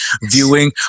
viewing